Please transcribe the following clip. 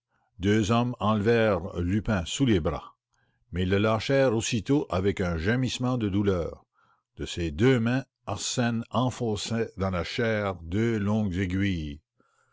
deux hommes enlevèrent lupin sous les bras mais ils le lâchèrent aussitôt avec un gémissement de douleur de ses deux mains arsène lupin leur enfonçait dans la chair deux longues aiguilles